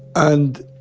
and,